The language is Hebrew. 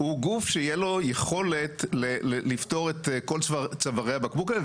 הוא גוף שתהיה לו יכולת לפתור את כל צווארי הבקבוק האלה.